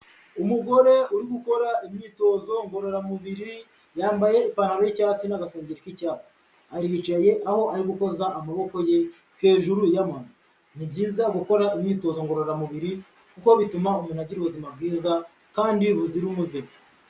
Umugore uri gukora imyitozo ngororamubiri, yambaye ipantaro y'icyatsi n'agasengeri k'icyatsi, aricaye aho ari gukoza amaboko ye hejuru y'amano, ni byiza gukora imyitozo ngororamubiri kuko bituma umuntu agira ubuzima bwiza kandi buzira umuze.